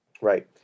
Right